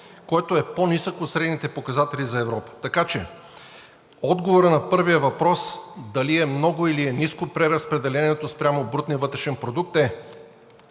продукт е по-нисък от средните показатели за Европа. Така че отговорът на първия въпрос дали е много, или е ниско преразпределението спрямо брутния вътрешен продукт е: